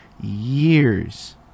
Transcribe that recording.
years